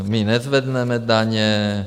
My nezvedneme daně.